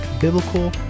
biblical